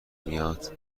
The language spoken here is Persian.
میاد